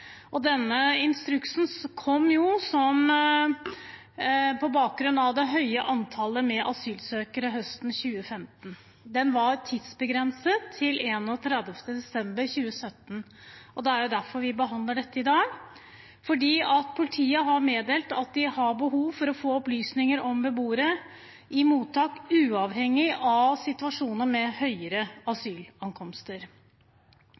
Denne instruksen kom på bakgrunn av det høye antallet asylsøkere høsten 2015. Den var tidsbegrenset til 31. desember 2017. Det er derfor vi behandler dette i dag, for politiet har meddelt at de har behov for å få opplysninger om beboere i mottak uavhengig av situasjoner med høyere